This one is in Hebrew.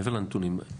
מעבר לנתונים.